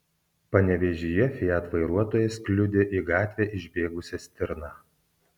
panevėžyje fiat vairuotojas kliudė į gatvę išbėgusią stirną